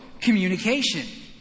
communication